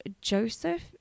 Joseph